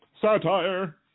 Satire